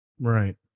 Right